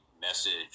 message